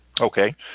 Okay